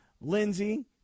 Lindsey